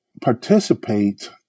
participate